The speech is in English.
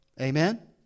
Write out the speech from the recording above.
Amen